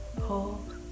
hold